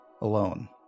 alone